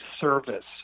service